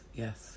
yes